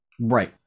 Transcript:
right